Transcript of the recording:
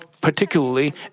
particularly